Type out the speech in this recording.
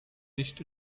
nicht